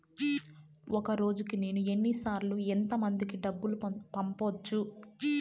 ఒక రోజుకి నేను ఎన్ని సార్లు ఎంత మందికి డబ్బులు పంపొచ్చు?